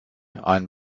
einen